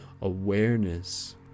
awareness